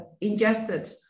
ingested